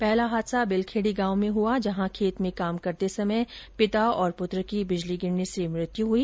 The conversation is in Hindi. पहला हादसा बिलखेडी गांव में हुआ ं जहां खेत में काम करते समय पिता और पुत्र की बिजली गिरने से मृत्यु हुई